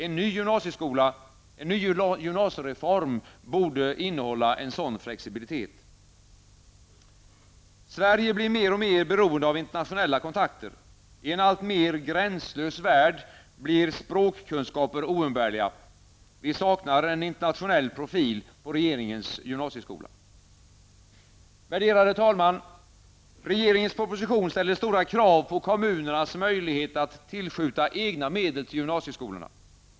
En ny gymnasiereform borde innehålla en sådan flexibilitet. Sverige blir mer och mer beroende av internationella kontakter. I en alltmer gränslös värld blir språkkunskaper oumbärliga. Vi saknar en internationell profil på regeringens gymnasieskola. Värderade talman! Regeringens proposition ställer stora krav på kommunernas möjlighet att tillskjuta egna medel till gymnasieskolan.